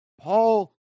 Paul